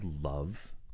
love